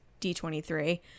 D23